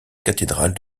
cathédrale